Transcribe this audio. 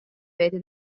бэйэтэ